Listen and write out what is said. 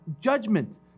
judgment